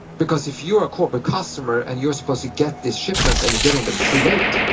because if you're a corporate customer and you were supposed to get these shipments and you're getting them too late,